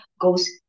goes